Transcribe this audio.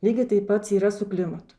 lygiai taip pat yra su klimatu